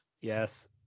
Yes